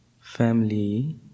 family